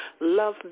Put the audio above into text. love